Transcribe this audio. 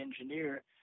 engineer